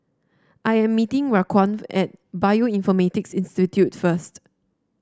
I am meeting Raquan at Bioinformatics Institute first